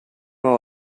all